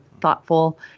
thoughtful